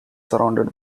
surrounded